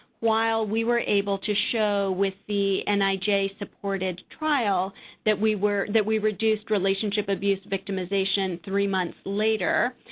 while we were able to show with the and nij-supported trial that we were that we reduced relationship abuse victimization three months later.